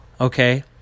Okay